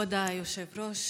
כבוד היושב-ראש,